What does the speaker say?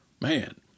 Man